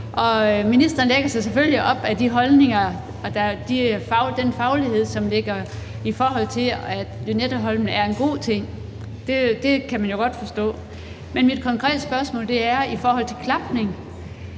og ministeren lægger sig selvfølgelig op ad de holdninger og den faglighed, som mener, at Lynetteholmen er en god ting, og det kan man jo godt forstå. Men mit konkrete spørgsmål handler om klapning.